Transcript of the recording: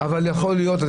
יכול להיות,